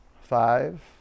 Five